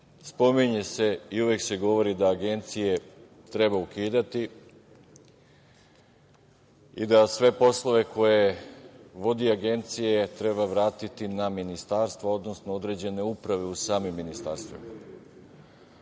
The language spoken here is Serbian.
spominje se i uvek se govori da agencije treba ukidati i da sve poslove koje vode agencije treba vratiti na ministarstvo, odnosno određene uprave u samim ministarstvima.